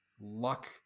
luck